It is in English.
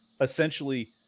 essentially